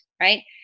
right